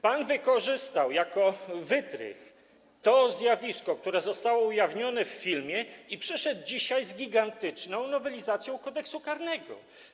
Pan wykorzystał jako wytrych to zjawisko, które zostało ujawnione w filmie, i przyszedł dzisiaj z gigantyczną nowelizacją Kodeksu karnego.